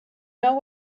know